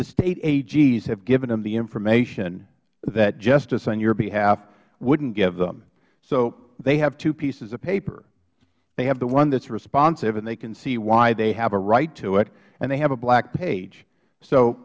the state ags have given them the information that justice on your behalf wouldn't give them so they have two pieces of paper they have the one that is responsive and they can see why they have a right to it and they have a black page so